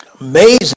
Amazing